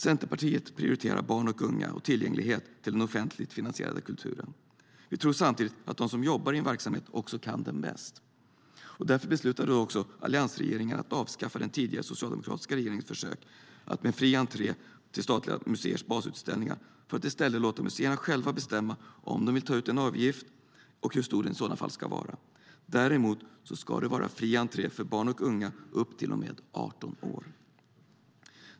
Centerpartiet prioriterar barn och unga och tillgänglighet till den offentligt finansierade kulturen. Vi tror samtidigt på att de som jobbar i en verksamhet också kan den bäst. Därför beslutade alliansregeringen att avskaffa den tidigare socialdemokratiska regeringens försök med fri entré till statliga museers basutställningar för att i stället låta museerna själva bestämma om de vill ta ut en avgift och hur stor den i sådana fall ska vara. Däremot ska det vara fri entré för barn och unga upp till och med 18 år.